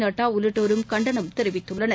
நட்டா உள்ளிட்டோரும் கண்டனம் தெரிவித்துள்ளனர்